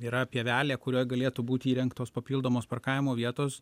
yra pievelė kurioje galėtų būti įrengtos papildomos parkavimo vietos